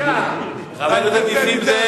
בכל זאת, בוא, תשב בשקט, חבר הכנסת נסים זאב,